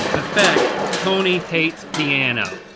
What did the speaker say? but effect tony hates piano.